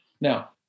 Now